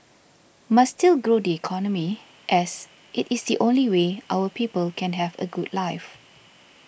must still grow the economy as it is the only way our people can have a good life